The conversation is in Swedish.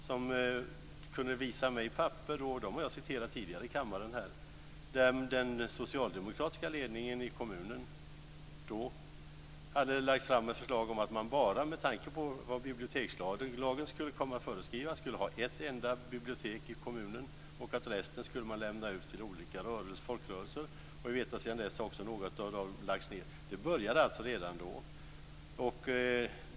Han kunde visa mig papper - jag har citerat dem tidigare här i kammaren - där den dåvarande socialdemokratiska ledningen i kommunen hade lagt fram ett förslag om att man med tanke på vad bibliotekslagen skulle komma att föreskriva bara skulle ha ett enda bibliotek i kommunen. Resten skulle man lämna ut till olika folkrörelser. Vi vet att sedan dess har några av dem lagts ned. Det började alltså redan då.